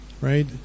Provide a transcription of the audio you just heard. right